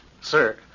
Sir